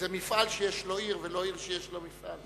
זה מפעל שיש לו עיר ולא עיר שיש לה מפעל.